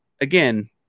again